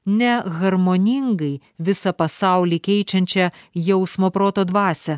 neharmoningai visą pasaulį keičiančią jausmo proto dvasią